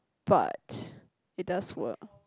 but it does work